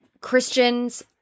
Christian's